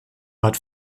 bad